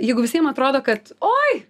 jeigu visiem atrodo kad oi